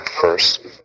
first